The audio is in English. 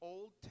Old